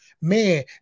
man